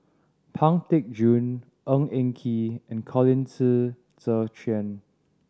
Pang Teck Joon Ng Eng Kee and Colin Qi Zhe Quan